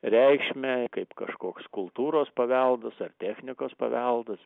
reikšmę kaip kažkoks kultūros paveldas ar technikos paveldas